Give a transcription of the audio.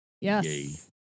Yes